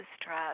stress